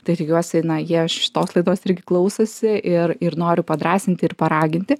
tai tikiuosi na jie šitos laidos irgi klausosi ir ir noriu padrąsinti ir paraginti